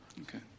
Okay